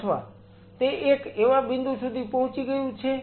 અથવા તે એક એવા બિંદુ સુધી પહોંચી ગયું છે